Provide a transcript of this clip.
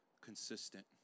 consistent